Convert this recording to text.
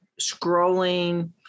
scrolling